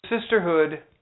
Sisterhood